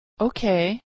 Okay